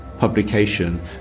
publication